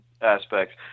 aspects